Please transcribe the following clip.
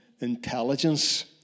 intelligence